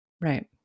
Right